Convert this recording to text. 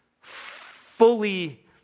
fully